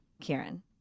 Kieran